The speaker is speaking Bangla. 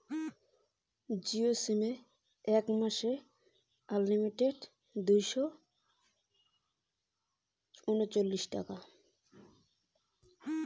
জিও সিম এ মাসে আনলিমিটেড কত টাকা ভরের নাগে?